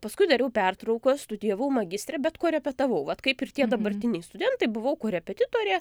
paskui dariau pertrauką studijavau magistre bet korepetavau vat kaip ir tie dabartiniai studentai buvau korepetitorė